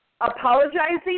apologizing